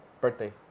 birthday